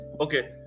Okay